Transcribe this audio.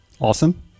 Awesome